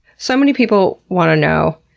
so many people want to know,